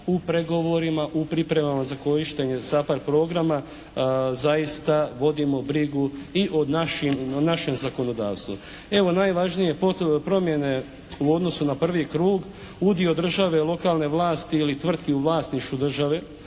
u pregovorima u pripremama za korištenje SAPARD programa zaista vodimo brigu i o našem zakonodavstvu. Evo najvažnije potrebne promjene u odnosu na prvi krug, udio države i lokalne vlasti ili tvrtki u vlasništvu države